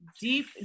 deep